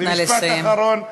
נא לסיים.